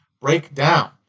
breakdown